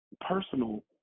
personal